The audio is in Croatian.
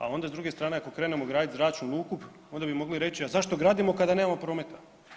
A onda s druge strane ako krenemo gradit zračnu luku onda bi mogli reći, a zašto gradimo kada nemamo prometa?